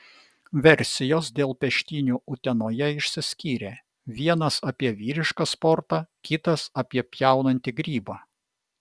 versijos dėl peštynių utenoje išsiskyrė vienas apie vyrišką sportą kitas apie pjaunantį grybą